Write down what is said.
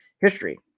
history